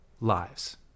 lives